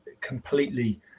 completely